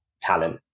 talent